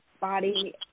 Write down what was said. body